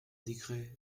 décret